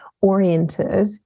oriented